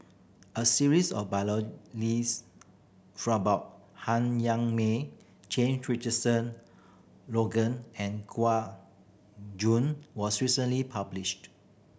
a series of about Han Yong May Jame Richardson Logan and Gua Jun was recently published